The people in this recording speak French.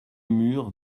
murs